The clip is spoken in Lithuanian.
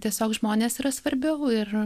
tiesiog žmonės yra svarbiau ir